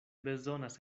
bezonas